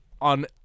on